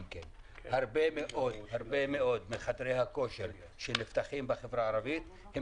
הרבה מאוד מחדרי הכושר שנפתחים בחברה הערבית הם